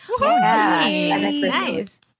Nice